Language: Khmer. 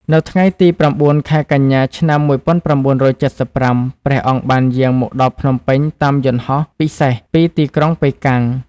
នៅថ្ងៃទី៩ ខែកញ្ញា ឆ្នាំ១៩៧៥ ព្រះអង្គបានយាងមកដល់ភ្នំពេញតាមយន្តហោះពិសេសពីទីក្រុងប៉េកាំង។